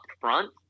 front